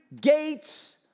gates